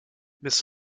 miss